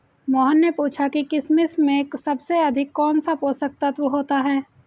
मोहन ने पूछा कि किशमिश में सबसे अधिक कौन सा पोषक तत्व होता है?